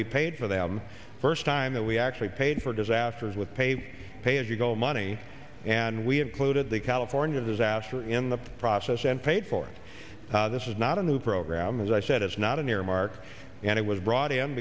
we paid for them first time that we actually paid for disasters with pay pay as you go money and we included the california disaster in the process and paid for this is not a new program as i said it's not an earmark and it was brought